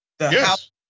yes